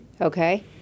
Okay